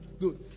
Good